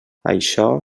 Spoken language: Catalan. això